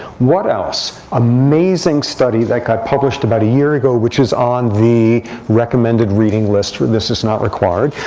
what else? amazing study that got published about a year ago, which is on the recommended reading list. this is not required.